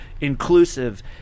inclusive